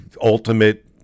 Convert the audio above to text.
ultimate